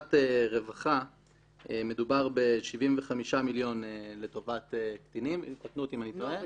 לטובת רווחה מדובר ב-75 מיליון לטובת קטינים תקנו אותי אם אני טועה.